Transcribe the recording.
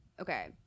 okay